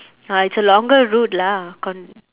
ah it's a longer route lah con~